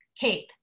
cape